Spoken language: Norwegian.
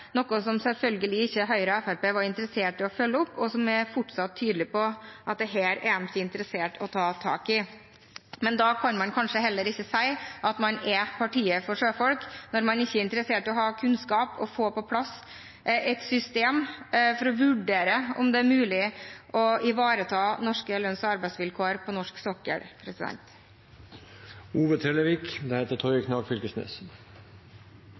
noe som selvfølgelig ikke Høyre og Fremskrittspartiet var interessert i å følge opp, og som de fortsatt er tydelig på at de ikke er interessert i å ta tak i. Men da kan man kanskje heller ikke si at man er partiet for sjøfolk – når man ikke er interessert i å ha kunnskap og å få på plass et system for å vurdere om det er mulig å ivareta norske lønns- og arbeidsvilkår på norsk sokkel.